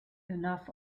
enough